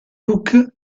luke